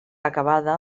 acabada